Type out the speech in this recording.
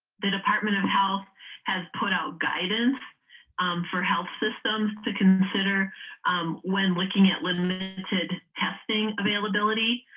the department of health has put out guidance for health systems to consider when looking at limited testing availability